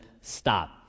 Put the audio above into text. stop